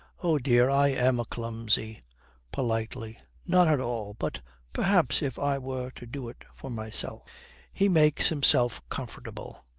oh dear! i am a clumsy politely, not at all, but perhaps if i were to do it for myself he makes himself comfortable.